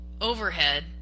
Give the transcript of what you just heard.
overhead